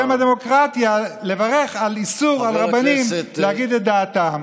ובא בשם הדמוקרטיה לברך על איסור על רבנים להגיד את דעתם.